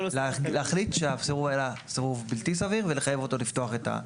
להחליט שהסירוב היה סירוב בלתי סביר ולחייב אותו לפתוח את,